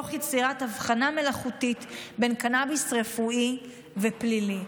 תוך יצירת הבחנה מלאכותית בין קנביס רפואי ופלילי.